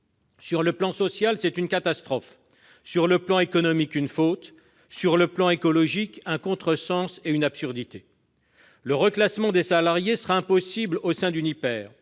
Sur le plan social, c'est une catastrophe ; sur le plan économique, une faute ; sur le plan écologique, un contresens, une absurdité. Le reclassement des salariés sera impossible au sein d'Uniper,